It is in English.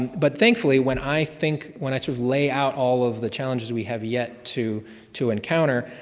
but thankfully when i think when i sort of lay out all of the challenges we have yet to to encounter,